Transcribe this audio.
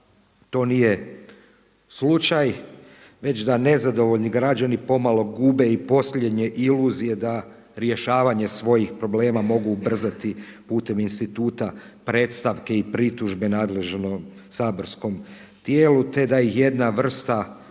to nije slučaj, već da nezadovoljni građani pomalo gube i posljednje iluzije da rješavanje svojih problema mogu ubrzati putem instituta predstavke i pritužbe nadležnog saborskom tijelu, te da ih jedna vrsta